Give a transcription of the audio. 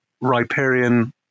riparian